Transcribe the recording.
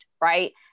Right